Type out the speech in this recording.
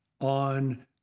on